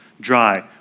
dry